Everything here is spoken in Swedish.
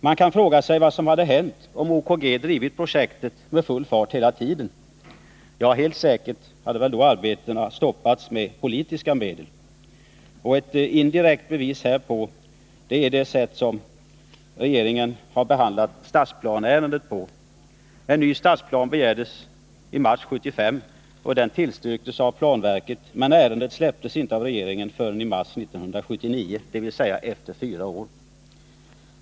Man kan fråga sig vad som hade hänt, om OKG hela tiden drivit projektet med full fart. Helt säkert hade arbetet då stoppats med politiska medel. Ett indirekt bevis på detta är det sätt varpå regeringen har behandlat stadsplaneärendet. En ny stadsplan begärdes i mars 1975 och tillstyrktes av planverket, men ärendet släpptes inte av regeringen förrän i mars 1979, dvs. efter fyra år.